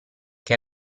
che